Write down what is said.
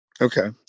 Okay